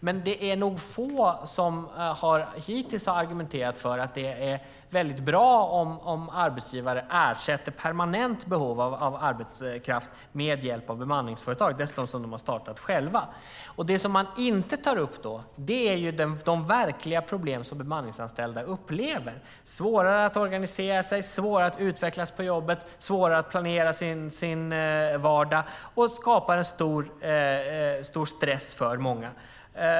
Men det är nog få som hittills har argumenterat för att det är bra om arbetsgivare tillgodoser ett permanent behov av arbetskraft med hjälp av bemanningsföretag, som de dessutom har startat själva. Det man inte tar upp är de verkliga problem som bemanningsanställda upplever: svårigheter att organisera sig, utvecklas på jobbet och planera sin vardag som skapar stor stress för många.